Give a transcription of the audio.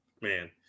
man